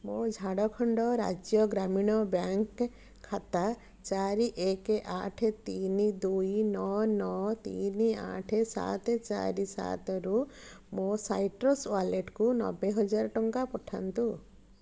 ମୋ ଝାଡ଼ଖଣ୍ଡ ରାଜ୍ୟ ଗ୍ରାମୀଣ ବ୍ୟାଙ୍କ ଖାତା ଚାରି ଏକ ଆଠ ତିନି ଦୁଇ ନଅ ନଅ ତିନି ଆଠ ସାତ ଚାରି ସାତରୁ ମୋ ସାଇଟ୍ରସ୍ ୱାଲେଟ୍କୁ ନବେ ହଜାର ଟଙ୍କା ପଠାନ୍ତୁ